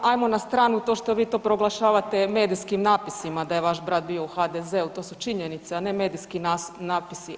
Ajmo na stranu to što vi to proglašavate medijskim napisima da je vaš brat bio u HDZ-u, to su činjenice, a ne medijski napisi.